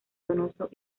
donoso